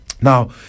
Now